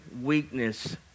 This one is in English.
weakness